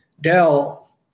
Dell